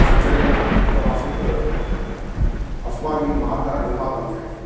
शिक्षकेन उक्तमासीत् अस्माभिः मार्गः निर्मातव्यः इति